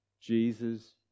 Jesus